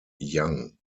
young